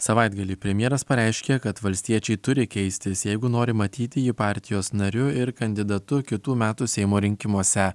savaitgalį premjeras pareiškė kad valstiečiai turi keistis jeigu nori matyti jį partijos nariu ir kandidatu kitų metų seimo rinkimuose